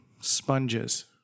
sponges